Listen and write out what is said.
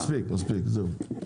מספיק, זהו.